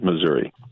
Missouri